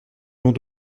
l’ont